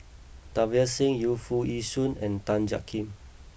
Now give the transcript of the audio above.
Davinder Singh Yu Foo Yee Shoon and Tan Jiak Kim